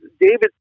David